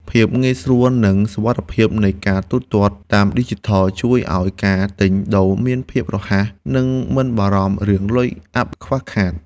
ភាពងាយស្រួលនិងសុវត្ថិភាពនៃការទូទាត់តាមឌីជីថលជួយឱ្យការទិញដូរមានភាពរហ័សនិងមិនបារម្ភរឿងលុយអាប់ខ្វះខាត។